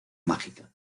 mágica